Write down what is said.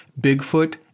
Bigfoot